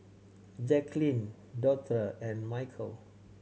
Jacklyn Dorthea and Michel